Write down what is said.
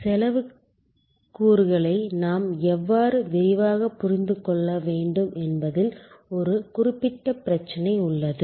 செலவுக் கூறுகளை நாம் எவ்வாறு விரிவாகப் புரிந்து கொள்ள வேண்டும் என்பதில் ஒரு குறிப்பிட்ட பிரச்சினை உள்ளது